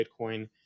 Bitcoin